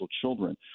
children